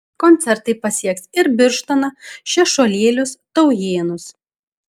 koncertai pasieks ir birštoną šešuolėlius taujėnus